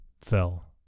fell